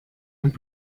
und